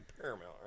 Paramount